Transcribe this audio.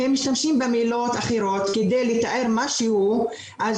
הם משתמשים במילים אחרות כדי לתאר משהו ואז